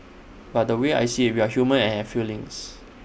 but the way I see IT we are human and have feelings